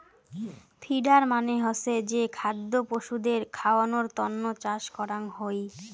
feeder মানে হসে যে খাদ্য পশুদের খাওয়ানোর তন্ন চাষ করাঙ হই